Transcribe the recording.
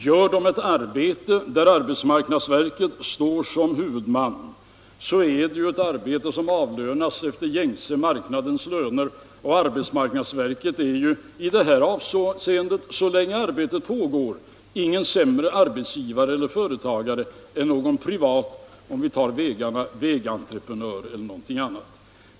Gör de ett arbete där arbetsmarknadsverket står som huvudman, så är det ju ett arbete som avlönas efter gängse marknadslöner, och arbetsmarknadsverket är i det här avseendet, så länge arbetet pågår, ingen sämre arbetsgivare eller företagare än någon privat t.ex. vägentreprenör när det gäller vägarna.